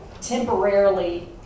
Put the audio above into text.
temporarily